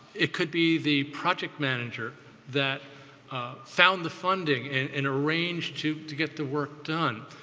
it could be the project manager that found the funding and and arranged to to get the work done.